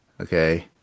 Okay